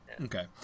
Okay